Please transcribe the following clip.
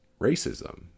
racism